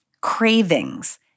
cravings